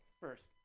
first